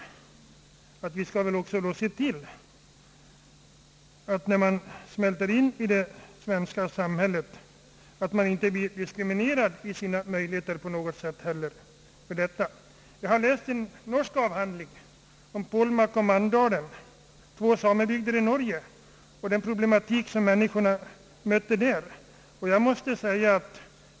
Emellertid måste vi också se till att de samer som söker sig nya utkomst möjligheter icke blir diskriminerade därför att de tillhör en minoritetsgrupp. Jag har nyligen läst en norsk avhandling: »Polmak och Manndalen, två samebygder i Norge», i vilken behandlas den problematik som människorna möter i en sådan situation.